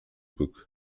book